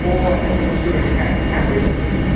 ও আচ্ছা আচ্ছা বুঝতে পেরেছি হ্যাঁ হ্যাঁ হয়ে যাবে হয়ে যাবে